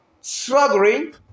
struggling